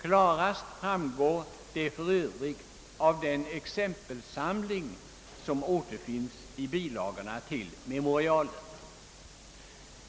Klarast framgår det för övrigt av den exempelsamling som återfinns i bilagorna till memorialet.